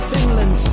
Finland